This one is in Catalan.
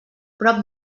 prop